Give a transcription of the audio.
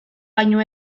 baino